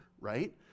right